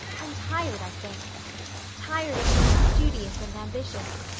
i'm tired, i think tired of being studious and ambitious.